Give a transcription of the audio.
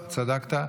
צדקת.